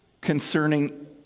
concerning